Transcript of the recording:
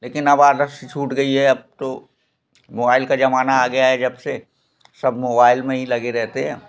लेकिन अब आदत सी छूट गई है अब तो मोबाइल का जमाना आ गया है जब से सब मोबाइल में ही लगे रहते हैं